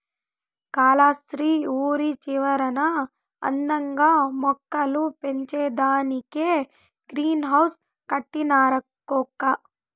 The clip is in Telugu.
కాలస్త్రి ఊరి చివరన అందంగా మొక్కలు పెంచేదానికే గ్రీన్ హౌస్ కట్టినారక్కో